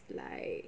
like